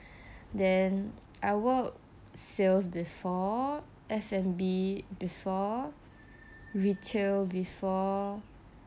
then I work sales before F&B before retail before